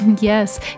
Yes